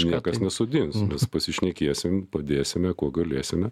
niekas nesodins pasišnekėsim padėsime kuo galėsime